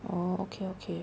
oh okay okay